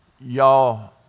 Y'all